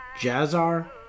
Jazzar